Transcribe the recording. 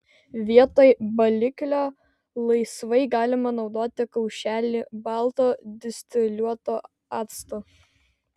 vietoj baliklio laisvai galima naudoti kaušelį balto distiliuoto acto